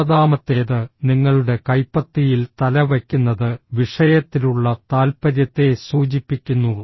ഒൻപതാമത്തേത് നിങ്ങളുടെ കൈപ്പത്തിയിൽ തല വയ്ക്കുന്നത് വിഷയത്തിലുള്ള താൽപ്പര്യത്തെ സൂചിപ്പിക്കുന്നു